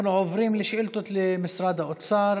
אנחנו עוברים לשאילתות למשרד האוצר.